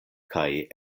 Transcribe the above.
kaj